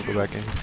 like a